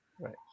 right